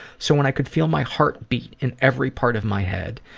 so when i could feel my heart beat in every part of my head,